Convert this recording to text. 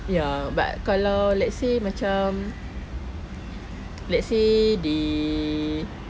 ya but kalau let's say macam let's say they